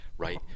right